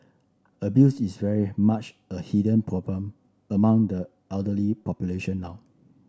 abuse is very much a hidden problem among the elderly population now